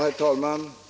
Herr talman!